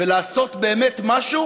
ולעשות באמת משהו